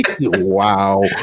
Wow